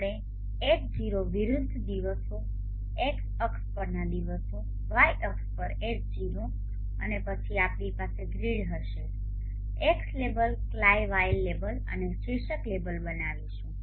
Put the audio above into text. આપણે H0 વિરુદ્ધ દિવસો x અક્ષ પરના દિવસો y અક્ષ પર H0 અને પછી આપણી પાસે ગ્રીડ હશે X લેબલ કલાક વાય લેબલ અને શીર્ષક લેબલ બનાવીશું